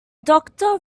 doctor